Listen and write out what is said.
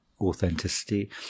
Authenticity